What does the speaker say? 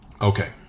Okay